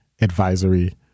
advisory